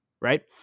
Right